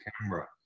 camera